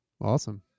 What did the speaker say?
Awesome